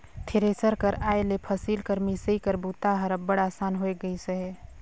thresher कर आए ले फसिल कर मिसई कर बूता हर अब्बड़ असान होए गइस अहे